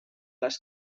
les